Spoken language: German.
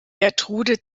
gertrude